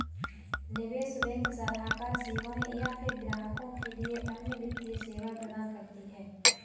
निवेश बैंक सलाहकार सेवाएँ या फ़िर ग्राहकों के लिए अन्य वित्तीय सेवाएँ प्रदान करती है